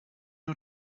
wir